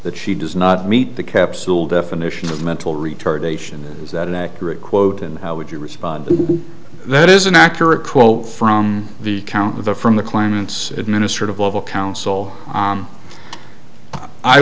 that she does not meet the capsule definition of mental retardation is that an accurate quote and how would you respond to that is an accurate quote from the count of the from the claimants administrative level coun